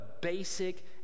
basic